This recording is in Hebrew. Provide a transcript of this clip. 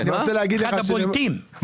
תודה.